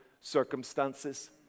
circumstances